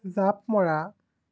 জাঁপ মৰা